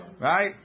Right